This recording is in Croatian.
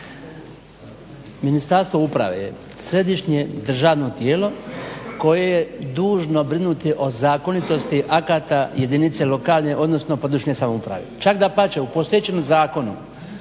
Ministarstvo uprave je središnje državno tijelo koje je dužno brinuti o zakonitosti akata jedinice lokalne, odnosno područne samouprave. Čak dapače, u postojećem zakonu